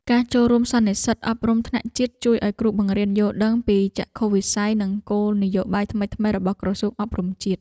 ការចូលរួមក្នុងសន្និសីទអប់រំថ្នាក់ជាតិជួយឱ្យគ្រូបង្រៀនយល់ដឹងពីចក្ខុវិស័យនិងគោលនយោបាយថ្មីៗរបស់ក្រសួងអប់រំជាតិ។